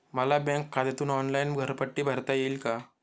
मला बँक खात्यातून ऑनलाइन घरपट्टी भरता येईल का?